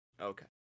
Okay